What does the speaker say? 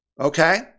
okay